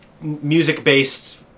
music-based